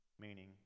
meaning